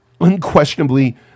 unquestionably